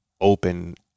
open